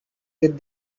did